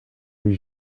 des